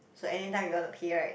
so anytime you want to pay right